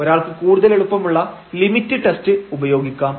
ഒരാൾക്ക് കൂടുതൽ എളുപ്പമുള്ള ലിമിറ്റ് ടെസ്റ്റ് ഉപയോഗിക്കാം